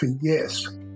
yes